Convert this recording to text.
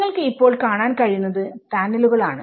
നിങ്ങൾക്ക് ഇപ്പോൾ കാണാൻ കഴിയുന്നത് പാനലുകൾ ആണ്